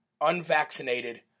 unvaccinated